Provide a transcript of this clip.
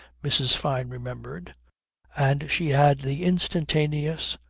mrs. fyne remembered and she had the instantaneous,